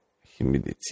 humidity